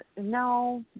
No